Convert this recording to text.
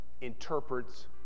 interprets